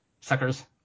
Suckers